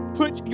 put